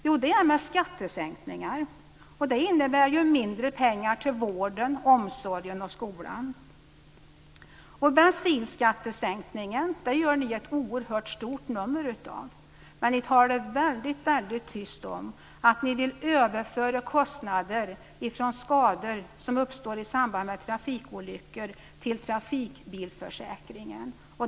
Jo, det är med skattesänkningar, och det innebär ju mindre pengar till vården, omsorgen och skolan. Bensinskattesänkningen gör ni ett oerhört stort nummer av. Men ni talar väldigt, väldigt tyst om att ni vill överföra kostnader för skador som uppstår i samband med trafikolyckor till trafikbilförsäkringen.